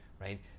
right